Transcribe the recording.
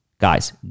Guys